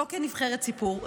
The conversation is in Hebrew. לא כנבחרת ציבור,